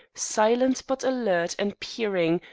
silent but alert and peering,